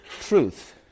truth